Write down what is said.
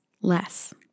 less